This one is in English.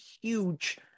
huge